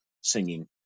singing